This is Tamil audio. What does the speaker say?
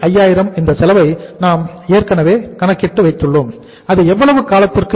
2205000 இந்த செலவை நாம் ஏற்கனவே கணக்கிட்டு உள்ளோம் அது எவ்வளவு காலத்திற்கு